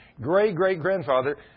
great-great-grandfather